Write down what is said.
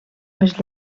més